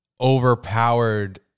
overpowered